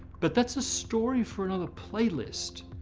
but that's a story for another playlist.